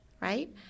Right